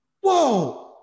whoa